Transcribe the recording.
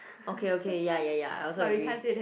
okay okay ya ya ya I also agree